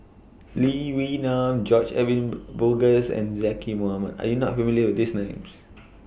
Lee Wee Nam George Edwin Bogaars and Zaqy Mohamad Are YOU not familiar with These Names